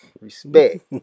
Respect